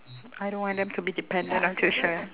I don't want them to be dependent on tuition